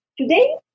Today